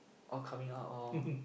all coming out all